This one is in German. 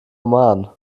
oman